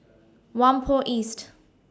Whampoa East